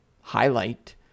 highlight